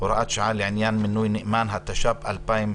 (הוראת שעה לעניין מינוי נאמן), התש"ף-2020,